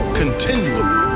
continually